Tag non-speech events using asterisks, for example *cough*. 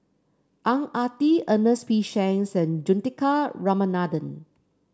Ang Ah Tee Ernest P *unintelligible* Juthika Ramanathan